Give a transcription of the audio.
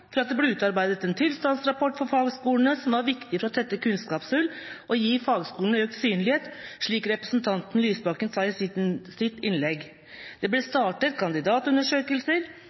for at det ble utarbeidet en tilstandsrapport for fagskolene som var viktig for å tette kunnskapshull og gi fagskolene økt synlighet, slik representanten Lysbakken sa i sitt innlegg. Det ble startet kandidatundersøkelser,